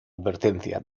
advertencia